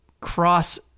cross